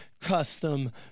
Custom